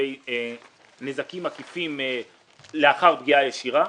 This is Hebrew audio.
לגבי נזקים עקיפים לאחר פגיעה ישירה.